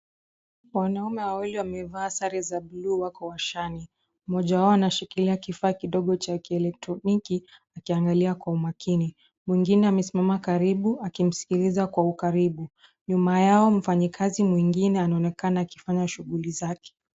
Wanaume wawili wamevaa sare za buluu wako washani. Mmoja wao anashikilia kifaa kidogo cha kielektroniki akiangalia kwa umakini. Mwingine amesimama karibu, akimskiliza kwa ukaribu. Nyuma yao mfanyikazi mwingine anaonekana akifanya shughuli zake.